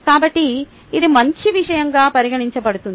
కాబట్టి ఇది మంచి విషయంగా పరిగణించబడుతుంది